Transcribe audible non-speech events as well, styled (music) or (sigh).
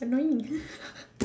annoying (laughs)